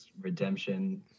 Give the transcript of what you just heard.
redemption